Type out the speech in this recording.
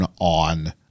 on